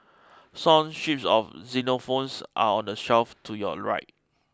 son sheets of xylophones are on the shelf to your right